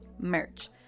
merch